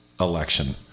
election